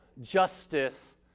justice